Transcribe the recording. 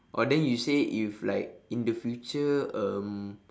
orh then you say if like in the future um